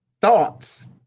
thoughts